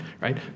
right